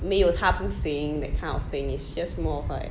没有没有他不行 that kind of thing is just more of like